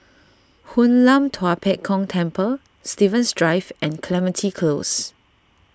Hoon Lam Tua Pek Kong Temple Stevens Drive and Clementi Close